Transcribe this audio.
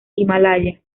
himalaya